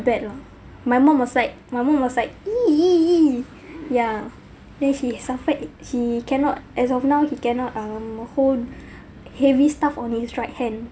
bad lah my mum was like my mum was like !ee! !ee! !ee! ya then she suffered he cannot as of now he cannot um hold heavy stuff on his right hand